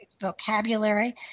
vocabulary